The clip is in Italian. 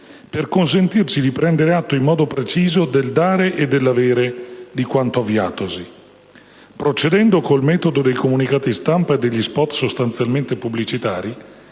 per consentirci di prendere atto in modo preciso del dare e dell'avere di quanto avviatosi. Procedendo col metodo dei comunicati stampa e degli *spot* sostanzialmente pubblicitari,